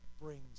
brings